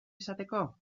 izateko